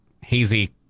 Hazy